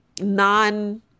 non